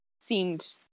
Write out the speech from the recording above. seemed